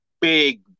big